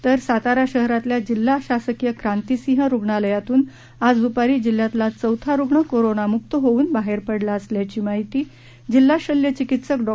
तर सातारा शहरातल्या जिल्हा शासकीय क्रांतीसिंह रुग्णालयातून आज द्रपारी जिल्ह्यातला चौथा रुग्ण कोरोनामुक्त होऊन बाहेर पडला असल्याची माहिती जिल्हा शल्य चिकित्सक डॉ